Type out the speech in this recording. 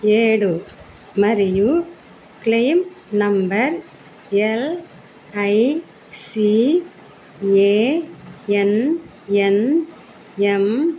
ఏడు మరియు claim number LICANNM